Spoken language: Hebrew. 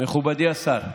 מכובדי השר,